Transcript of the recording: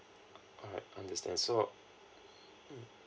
alright understand so mm